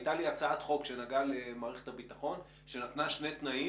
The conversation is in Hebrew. לי הייתה הצעת חוק שנגעה למערכת הביטחון שנתנה שני תנאים.